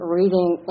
reading